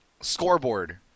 Scoreboard